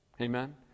Amen